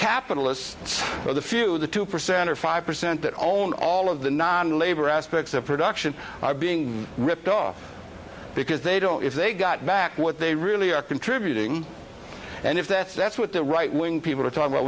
capitalists or the few the two percent or five percent that own all of the non labor aspects of production are being ripped off because they don't know if they got back what they really are contributing and if that's that's what the right wing people talk about